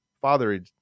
father